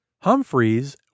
Humphreys